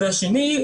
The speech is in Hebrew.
והשני,